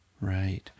right